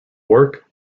work